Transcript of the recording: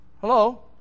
Hello